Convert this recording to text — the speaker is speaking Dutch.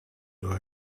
door